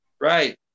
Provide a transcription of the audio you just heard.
Right